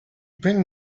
bring